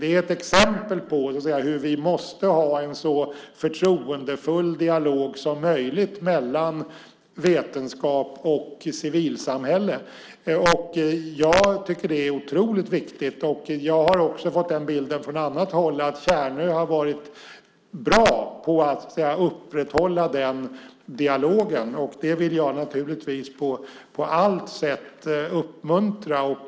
Det är ett exempel på att vi måste ha en så förtroendefull dialog som möjligt mellan vetenskap och civilsamhälle. Jag tycker att det är otroligt viktigt, och jag har också fått bilden från annat håll att Tjärnö har varit bra på att upprätthålla den dialogen. Det vill jag naturligtvis på allt sätt uppmuntra.